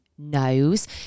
knows